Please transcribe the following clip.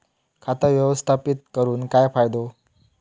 खाता व्यवस्थापित करून काय फायदो?